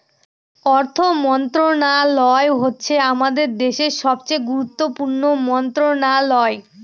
অর্থ মন্ত্রণালয় হচ্ছে আমাদের দেশের সবচেয়ে গুরুত্বপূর্ণ মন্ত্রণালয়